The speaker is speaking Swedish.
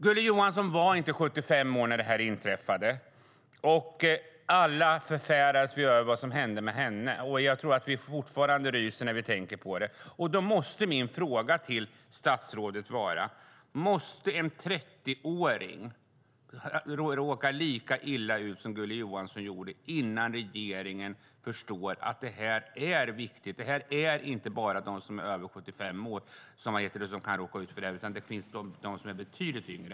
Gulli Johansson var inte 75 år när det här inträffade. Alla förfäras vi av vad som hände med henne, och jag tror att vi fortfarande ryser när vi tänker på det. Då måste min fråga till statsrådet vara: Måste en 30-åring råka lika illa ut som Gulli Johansson gjorde innan regeringen förstår att det här är viktigt? Det är inte bara de som är över 75 år som kan råka ut för det här, utan det finns de som är betydligt yngre.